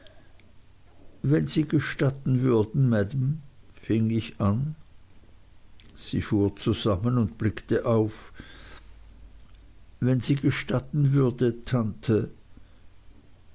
wenn sie gestatten würden maam fing ich an sie fuhr zusammen und blickte auf wenn sie gestatten würden tante